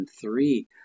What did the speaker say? three